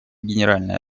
генеральной